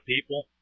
people